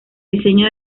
diseño